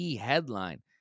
headline